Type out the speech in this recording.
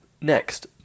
Next